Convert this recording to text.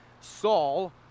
Saul